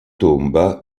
tomba